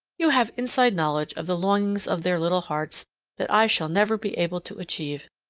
you have inside knowledge of the longings of their little hearts that i shall never be able to achieve,